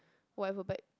whatever but